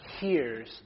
hears